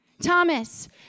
Thomas